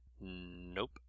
Nope